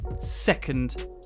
second